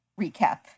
recap